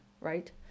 right